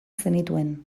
zenituen